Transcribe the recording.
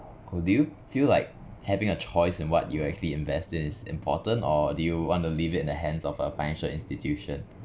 oh do you feel like having a choice in what you actually invest is important or do you want to leave it in the hands of a financial institution